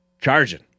charging